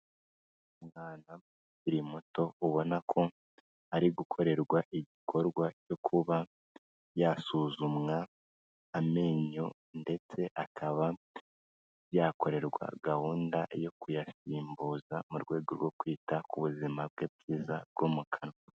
Umwana ukiri muto ubona ko ari gukorerwa igikorwa cyo kuba yasuzumwa amenyo, ndetse akaba yakorerwa gahunda yo kuyasimbuza mu rwego rwo kwita ku buzima bwe bwiza bwo mu kanwa.